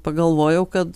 pagalvojau kad